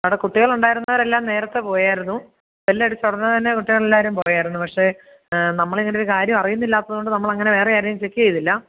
അവിടെ കുട്ടികളുണ്ടായിരുന്നവരെല്ലാം നേരത്തെ പോയായിരുന്നു ബെല്ലടിച്ച ഉടനെ തന്നെ കുട്ടികളെല്ലാവരും പോയായിരുന്നു പക്ഷേ നമ്മളിങ്ങനൊരു കാര്യം അറിയുന്നില്ലാത്തതുകൊണ്ട് നമ്മളങ്ങനെ വേറെയാരെയും ചെക്ക് ചെയ്തില്ല